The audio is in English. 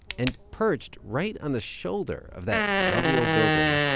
and perched right on the shoulder of that lovely, old building.